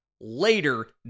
later